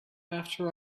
after